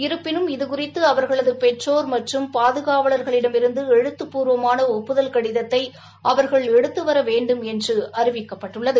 இருப்பினும் இதுகுறித்து அவர்களது பெற்றோர் மற்றும் பாதுகாவலர்களிடமிருந்து எழுத்துபூர்வமான ஒப்புதல் கடிதத்தை அவர்கள் எடுத்து வர வேண்டும் என்று அறிவிக்கப்பட்டுள்ளது